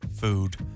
food